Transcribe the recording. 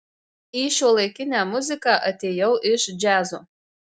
į šiuolaikinę muziką atėjau iš džiazo